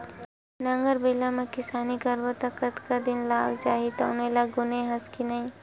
नांगर बइला म किसानी करबो त कतका दिन लाग जही तउनो ल गुने हस धुन नइ